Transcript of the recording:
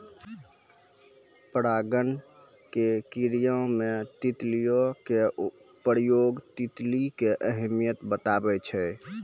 परागण के क्रिया मे तितलियो के प्रयोग तितली के अहमियत बताबै छै